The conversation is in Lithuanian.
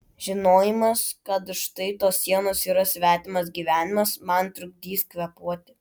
žinojimas kad už štai tos sienos yra svetimas gyvenimas man trukdys kvėpuoti